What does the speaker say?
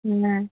না